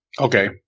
Okay